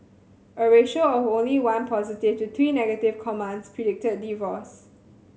a ratio of only one positive to three negative comments predicted divorce